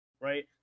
right